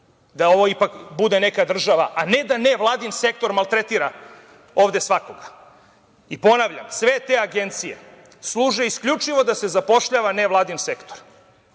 da ovo ipak bude neka država, a ne da nevladin sektor maltretira ovde svakoga. Ponavljam, sve te agencije služe isključivo da se zapošljava nevladin sektor,